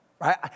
Right